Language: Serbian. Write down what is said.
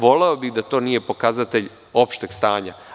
Voleo bih da to nije pokazatelj opšteg stanja.